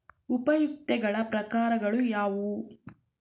ಉಪಯುಕ್ತತೆಗಳ ಪ್ರಕಾರಗಳು ಯಾವುವು?